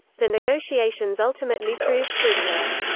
the negotiations ultimately proved fruitless.